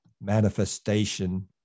manifestation